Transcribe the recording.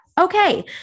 Okay